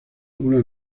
una